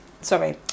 sorry